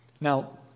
Now